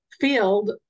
field